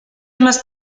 más